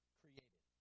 created